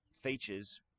features